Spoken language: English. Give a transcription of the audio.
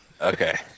Okay